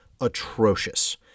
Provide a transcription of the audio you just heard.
atrocious